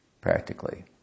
practically